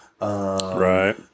Right